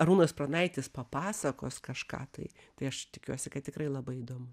arūnas pranaitis papasakos kažką tai tai aš tikiuosi kad tikrai labai įdomu